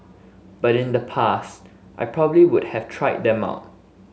but in the past I probably would have tried them out